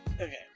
okay